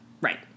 Right